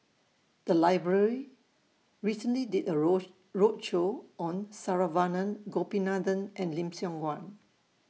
The Library recently did A Road roadshow on Saravanan Gopinathan and Lim Siong Guan